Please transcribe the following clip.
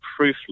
proofless